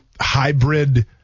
hybrid